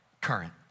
current